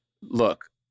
Look